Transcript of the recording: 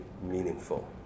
meaningful